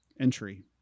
entry